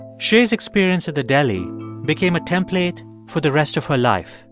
shay's experience at the deli became a template for the rest of her life.